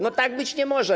No tak być nie może.